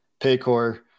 Paycor